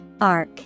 Arc